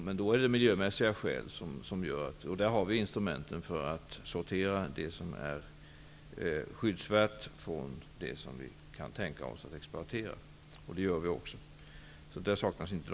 Men då är det miljömässiga synpunkter som spelar in, och vi har instrument för att sortera ut vad som är skyddsvärt från det som vi kan tänka oss att exploatera. En sådan bedömning gör vi också. De möjligheterna saknas inte.